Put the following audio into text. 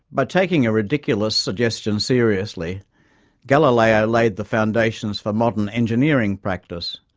by taking a ridiculous suggestion seriously galileo laid the foundations for modern engineering practice.